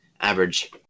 average